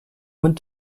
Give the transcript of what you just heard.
went